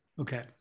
Okay